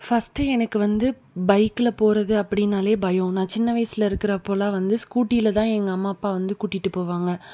first எனக்கு வந்து பைகில் போகிறது அப்படின்னாலே பயம் நான் சின்ன வயசில் இருக்கிறப்பலா வந்து ஸ்கூட்டில் தான் எங்கள் அம்மா அப்பா வந்து கூட்டிகிட்டு போவாங்க